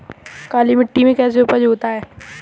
काली मिट्टी में कैसी उपज होती है?